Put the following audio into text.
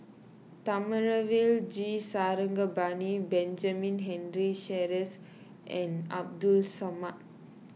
Thamizhavel G Sarangapani Benjamin Henry Sheares and Abdul Samad